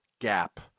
gap